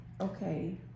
Okay